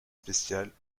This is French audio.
spéciales